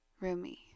Rumi